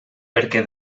perquè